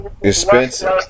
expensive